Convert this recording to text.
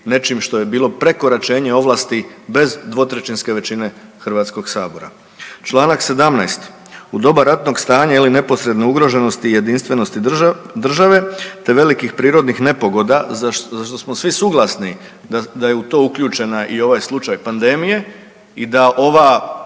nečim što je bilo prekoračenje ovlasti bez dvotrećinske većine Hrvatskoga sabora. Čl. 17. U doba ratnog stanja ili neposredne ugroženosti i jedinstvenosti države, te velikih prirodnih nepogoda, za što smo svi suglasni da je u to uključena i ovaj slučaj pandemije i da ova